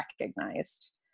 recognized